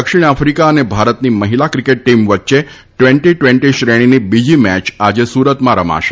દક્ષિણ આફ્રિકા અને ભારતની મહિલા ક્રિકેટ ટીમ વચ્ચે ટવેન્ટી ટવેન્ટી શ્રેણીની બીજી મેય આજે સુરતમાં રમાશે